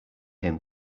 him